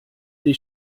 dei